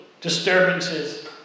disturbances